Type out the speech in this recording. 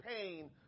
pain